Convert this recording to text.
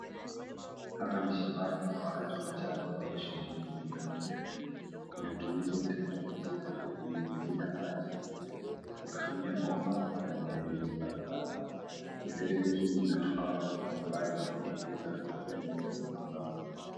Hapa ni shambani wakati wa mchana ambapo shughuli ya kulima inaendelea. Kuna utumizi wa teknolojia ya kunyunyizia maji na ya kutumia bomba ya mifereji mbali mbali. Mifereji hii inatupa maji kwa umbali ili kuweza kufikia mimea iliyo mbali.